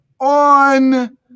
on